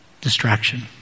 distraction